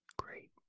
great